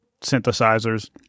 synthesizers